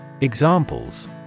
Examples